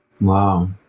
Wow